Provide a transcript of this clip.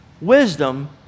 wisdom